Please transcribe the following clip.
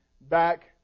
back